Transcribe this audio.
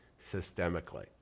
systemically